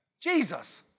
Jesus